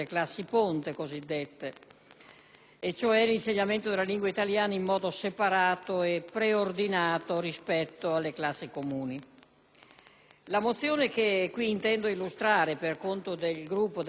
cioè l'insegnamento della lingua italiana in modo separato e preordinato rispetto alle classi comuni. La mozione che qui intendo illustrare, per conto del Gruppo del Partito Democratico,